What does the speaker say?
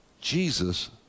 Jesus